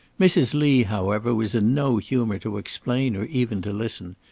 mrs. lee, however, was in no humour to explain or even to listen.